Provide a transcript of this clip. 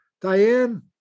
Diane